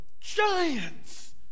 giants